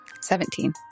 Seventeen